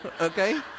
Okay